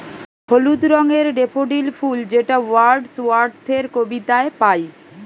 হলুদ রঙের ডেফোডিল ফুল যেটা ওয়ার্ডস ওয়ার্থের কবিতায় পাই